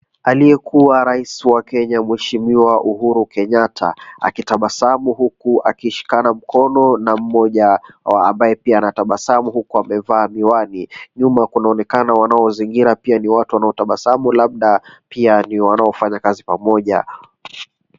Aliyekuwa rais wa kenya mheshimiwa Uhuru Kenyatta akitabasamu huku akishikana mkono na mmoja ambaye pia anatabasamu. Huku amevaa miwani nyuma kunaonekana wanaozingira pia ni watu wanaotabasamu labda pia ni wanaofanya kazi pamoja.